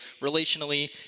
relationally